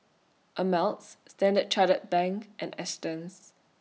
Ameltz Standard Chartered Bank and Astons